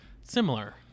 similar